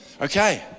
Okay